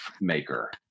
maker